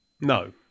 No